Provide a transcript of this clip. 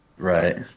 Right